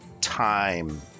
Time